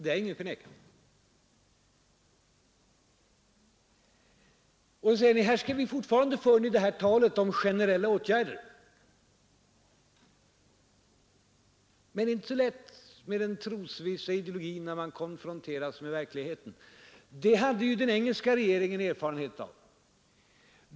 Ni säger att vi här fortfarande skall få höra talet om generella åtgärder. Men det är inte så lätt med den trosvissa ideologin när man konfronteras med verkligheten. Detta har den engelska regeringen erfarenhet av.